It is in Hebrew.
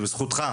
ובזכותך,